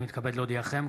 אני מתכבד להודיעכם,